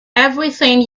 everything